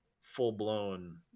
full-blown